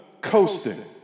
coasting